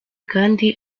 kandi